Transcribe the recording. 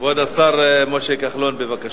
כבוד השר משה כחלון, בבקשה.